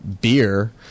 beer